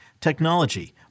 technology